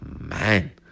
man